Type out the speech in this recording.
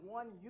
one